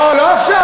לא, לא עכשיו.